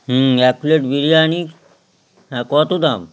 হুম এক প্লেট বিরিয়ানি হ্যাঁ কতো দাম